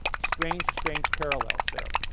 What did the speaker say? strange, strange parallels there.